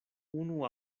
unu